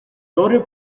motor